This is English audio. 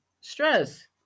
Stress